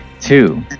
two